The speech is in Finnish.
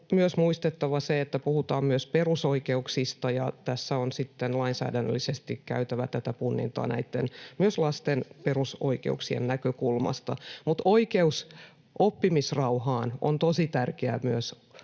on muistettava se, että puhutaan myös perusoikeuksista ja tässä on lainsäädännöllisesti käytävä punnintaa myös lasten perusoikeuksien näkökulmasta, mutta oikeus oppimisrauhaan on myös tosi tärkeä